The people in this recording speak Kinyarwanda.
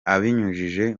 abinyujije